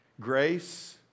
Grace